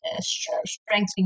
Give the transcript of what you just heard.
strengthening